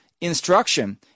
instruction